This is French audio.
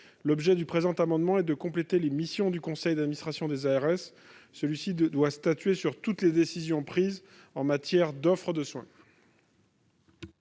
L'objet de cet amendement est de compléter les missions du conseil d'administration des ARS : celui-ci doit statuer sur toutes les décisions prises en matière d'offres de soins.